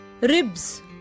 Ribs